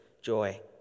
joy